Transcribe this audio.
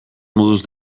moduz